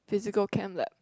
physical chem lab